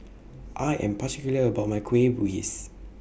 I Am particular about My Kueh Bugis